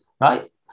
Right